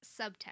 subtext